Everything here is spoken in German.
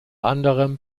anderem